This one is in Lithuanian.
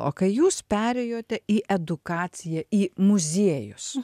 o kai jūs perėjote į edukaciją į muziejus